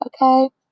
Okay